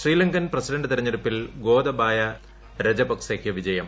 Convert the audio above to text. Sri Lankan president തെരഞ്ഞെടുപ്പിൽ ഗോദബായ രജപക്സെയ്ക്ക് വിജയം